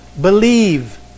believe